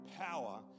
power